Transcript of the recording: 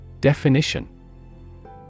Definition